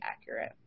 accurate